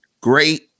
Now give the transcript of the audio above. great